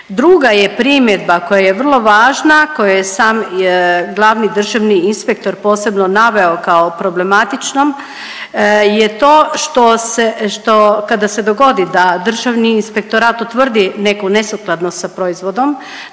Druga je primjedba koja je vrlo važna, a koju je sam glavni državni inspektor posebno naveo kao problematičnom je to što se, što kada se dogodi da Državni inspektorat utvrdi neku nesukladnost sa proizvodom